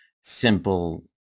simple